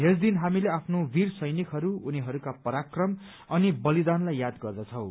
यस दिन हामीले आफ्नो वीर सैनिकहरू उनीहरूका पराक्रम अनि बलिदानलाई याद गर्दछौं